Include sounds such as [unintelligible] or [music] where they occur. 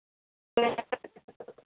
[unintelligible]